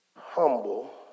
humble